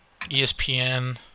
ESPN